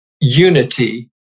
unity